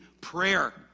prayer